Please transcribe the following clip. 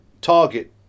target